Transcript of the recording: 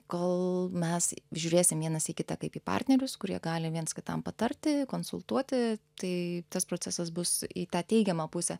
kol mes žiūrėsim vienas į kitą kaip į partnerius kurie gali viens kitam patarti konsultuoti tai tas procesas bus į tą teigiamą pusę